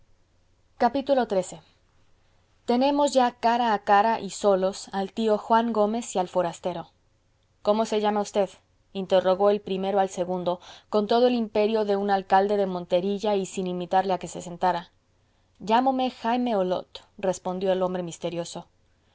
sillería xiii tenemos ya cara a cara y solos al tío juan gómez y al forastero cómo se llama usted interrogó el primero al segundo con todo el imperio de un alcalde de monterilla y sin invitarle a que se sentara llámome jaime olot respondió el hombre misterioso